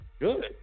Good